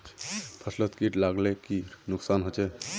फसलोत किट लगाले की की नुकसान होचए?